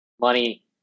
money